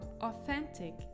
authentic